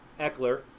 Eckler